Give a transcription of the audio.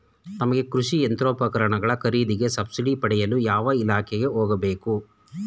ನಮಗೆ ಕೃಷಿ ಯಂತ್ರೋಪಕರಣಗಳ ಖರೀದಿಗೆ ಸಬ್ಸಿಡಿ ಪಡೆಯಲು ಯಾವ ಇಲಾಖೆಗೆ ಹೋಗಬೇಕು?